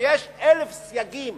ויש אלף סייגים